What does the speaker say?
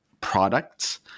products